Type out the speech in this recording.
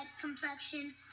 complexion